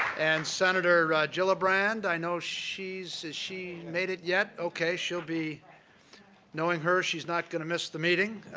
and, senator gillibrand. i know she's, has she made it yet? okay, she'll be knowing her, she's not going to miss the meeting.